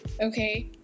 Okay